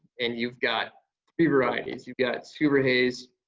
and you've got three varieties. you've got suver haze,